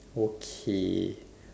okay